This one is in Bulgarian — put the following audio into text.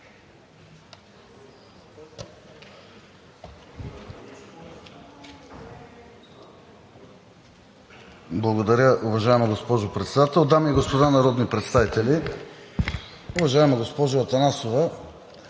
Благодаря, уважаема госпожо Председател! Дами и господа народни представители! Уважаема госпожо Атанасова,